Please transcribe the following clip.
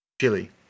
chili